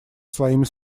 своими